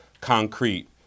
concrete